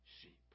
sheep